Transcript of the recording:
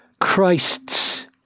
Christ's